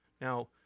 Now